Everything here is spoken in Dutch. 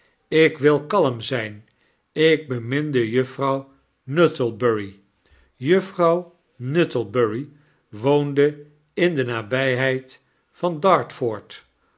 ik wil kalm zijn ik beminde juffrouw nuttlebury juffrouw nuttlebury woonde in de nabyheid van d